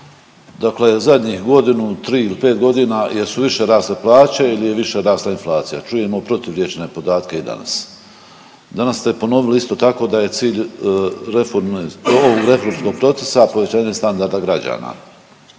Dakle, zadnjih godinu, tri ili pet godina jel su više rasle plaće ili je više rasla inflacija. Čujemo proturječne podatke i danas. Danas ste ponovili isto tako da je cilj reforme ovog reformskog procesa povećanje standarda građana.